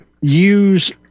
use